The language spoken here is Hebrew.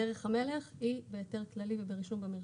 דרך המלך היא בהיתר כללי וברישום במרשם.